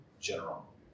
general